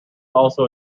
also